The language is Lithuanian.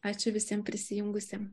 ačiū visiem prisijungusiem